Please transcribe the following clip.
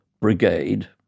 brigade